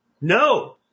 No